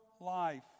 life